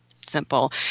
simple